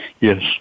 Yes